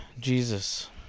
Jesus